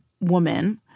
woman